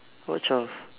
what twelve